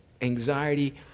anxiety